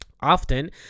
Often